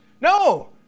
No